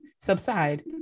subside